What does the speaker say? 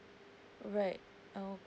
right O